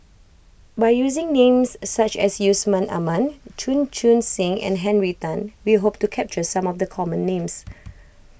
by using names such as Yusman Aman Chan Chun Sing and Henry Tan we hope to capture some of the common names